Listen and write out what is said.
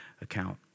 account